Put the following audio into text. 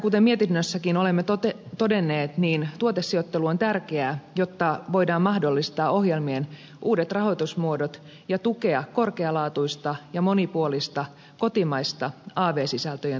kuten mietinnössäkin olemme todenneet niin tuotesijoittelu on tärkeää jotta voidaan mahdollistaa ohjelmien uudet rahoitusmuodot ja tukea korkealaatuista ja monipuolista kotimaista av sisältöjen tuotantoa